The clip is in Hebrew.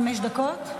חמש דקות?